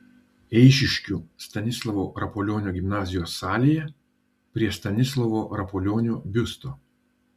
eišiškių stanislovo rapolionio gimnazijos salėje prie stanislovo rapolionio biusto